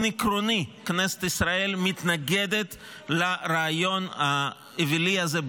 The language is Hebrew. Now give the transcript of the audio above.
עקרוני כנסת ישראל מתנגדת לרעיון האווילי הזה,